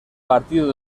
partido